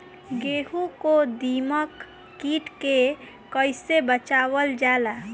गेहूँ को दिमक किट से कइसे बचावल जाला?